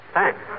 Thanks